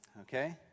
Okay